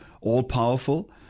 all-powerful